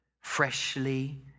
freshly